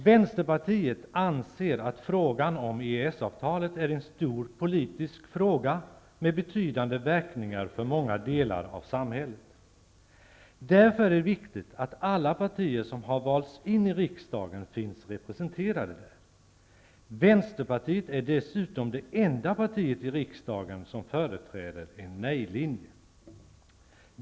Vänsterpartiet anser att frågan om EES-avtalet är en stor politisk fråga med betydande verkningar för många delar av samhället. Därför är det viktigt att alla partier som har valts in i riksdagen finns representerade i EES-utskottet. Vänsterpartiet är dessutom det enda partiet i riksdagen som företräder en nej-linje.